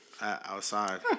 outside